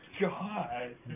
god